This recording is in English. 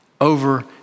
over